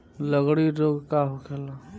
लगड़ी रोग का होखेला?